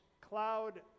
cloud